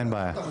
אין בעיה.